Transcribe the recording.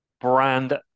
brand